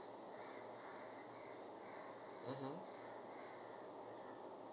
mmhmm